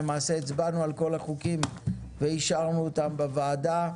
למעשה הצבענו על כל החוקים ואישרנו אותם בוועדה,